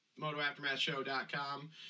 motoaftermathshow.com